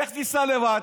איך ניסע לבד?